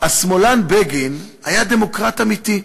השמאלן בגין היה דמוקרט אמיתי.